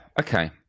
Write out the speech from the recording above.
Okay